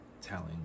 telling